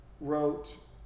wrote